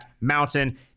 Mountain